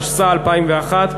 התשס"א 2001,